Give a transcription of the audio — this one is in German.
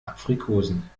aprikosen